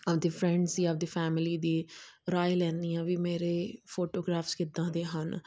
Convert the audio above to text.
ਆਪਣੇ ਫਰੈਂਡਸ ਦੀ ਆਪਣੀ ਫੈਮਲੀ ਦੀ ਰਾਇ ਲੈਂਦੀ ਹਾਂ ਆ ਵੀ ਮੇਰੇ ਫੋਟੋਗਰਾਫਸ ਕਿੱਦਾਂ ਦੇ ਹਨ